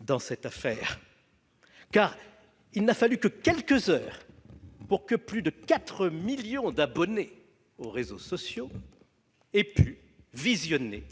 dans cette affaire. Car il n'a fallu que quelques heures à plus de 4 millions d'abonnés aux réseaux sociaux pour visionner